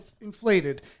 inflated